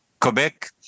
Quebec